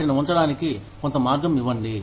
వాటిని ఉంచడానికి కొంత మార్గం ఇవ్వండి